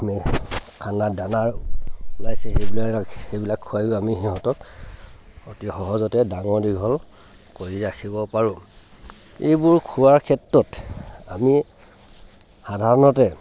খানা দানাৰ ওলাইছে এইবিলাক সেইবিলাক খোৱাইও আমি সিহঁতক অতি সহজতে ডাঙৰ দীঘল কৰি ৰাখিব পাৰোঁ এইবোৰ খোৱাৰ ক্ষেত্ৰত আমি সাধাৰণতে